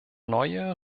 neue